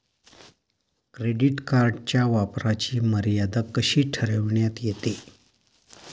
Credit कार्डच्या वापराची मर्यादा कशी ठरविण्यात येते?